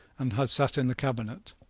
and had sate in the cabinet.